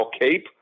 Cape